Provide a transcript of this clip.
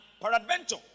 peradventure